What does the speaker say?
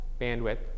bandwidth